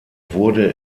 wurde